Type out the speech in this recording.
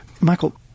Michael